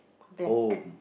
home